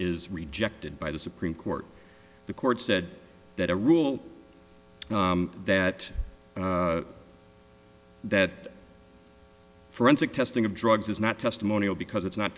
is rejected by the supreme court the court said that a rule that that forensic testing of drugs is not testimonial because it's not